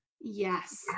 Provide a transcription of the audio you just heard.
Yes